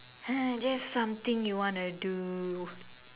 just something you want to do